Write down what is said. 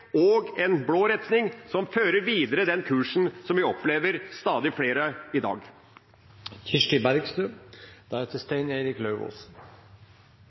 og en blå retning, som viderefører den kursen stadig flere opplever i dag.